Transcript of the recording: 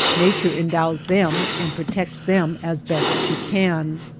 nature endows them and protects them as best she can.